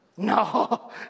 No